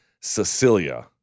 Cecilia